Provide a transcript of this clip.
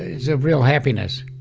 it's a real happiness.